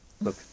look